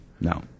no